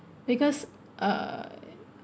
because uh